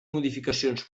modificacions